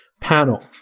panel